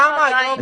כמה היום --- לא,